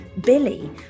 Billy